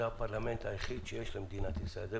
זה הפרלמנט היחיד שיש למדינת ישראל,